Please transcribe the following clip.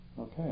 Okay